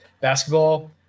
basketball